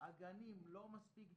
הגנים לא מספיק דיפרנציאלי,